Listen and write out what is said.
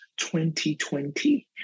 2020